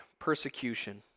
persecution